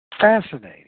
Fascinating